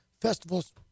festivals